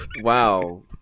Wow